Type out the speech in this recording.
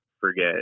forget